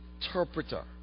interpreter